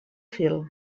fil